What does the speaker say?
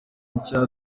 nshya